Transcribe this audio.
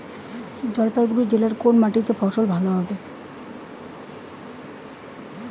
জলপাইগুড়ি জেলায় কোন মাটিতে ফসল ভালো হবে?